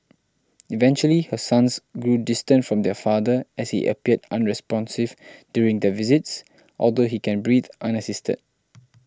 eventually her sons grew distant from their father as he appeared unresponsive during their visits although he can breathe unassisted